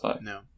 No